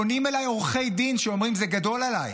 פונים אליי עורכי דין ואומרים: זה גדול עליי.